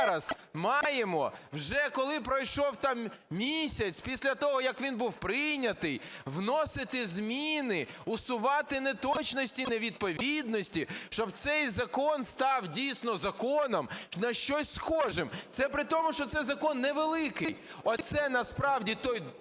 зараз маємо, вже коли пройшов там місяць після того, як він був прийнятий, вносити зміни, усувати неточності, невідповідності, щоб цей закон став, дійсно, законом, на щось схожим. Це при тому, що це закон невеликий. Оце насправді той